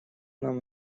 нам